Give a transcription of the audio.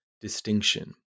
distinction